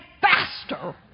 faster